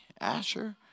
Asher